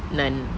naan